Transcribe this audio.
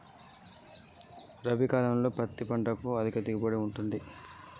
రబీ కాలంలో ఏ పంట ఎక్కువ దిగుబడి ఇస్తుంది?